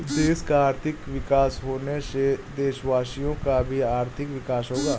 देश का आर्थिक विकास होने से देशवासियों का भी आर्थिक विकास होगा